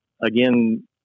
Again